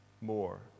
more